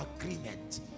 agreement